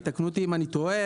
תקנו אותי אם אני טועה,